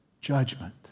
judgment